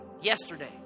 yesterday